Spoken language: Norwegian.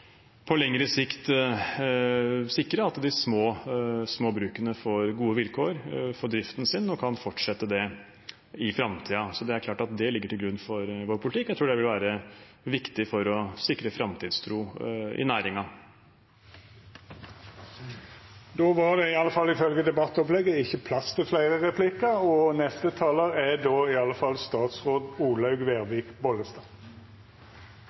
på lengre sikt sikre at de små brukene får gode vilkår for driften sin og kan fortsette med den i framtiden. Det ligger til grunn for vår politikk. Jeg tror det vil være viktig for å sikre framtidstro i næringen. Replikkordskiftet er avslutta. Jordbruket har hatt noen krevende år, år med mye regn, ekstrem tørke, overproduksjon og nedskalering av melkeproduksjonen. Så kom pandemien og ga store omveltninger i